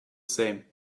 same